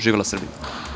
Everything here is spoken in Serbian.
Živela Srbija.